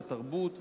לתרבות וכדומה,